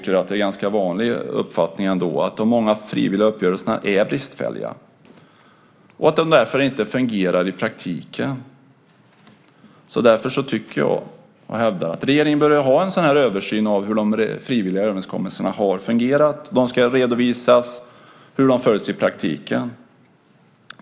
En ganska vanlig uppfattning är ändå att de många frivilliga uppgörelserna är bristfälliga och att de därför inte fungerar i praktiken. Regeringen bör göra en översyn av hur de frivilliga överenskommelserna har fungerat. Det ska redovisas hur de följs i praktiken.